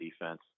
defense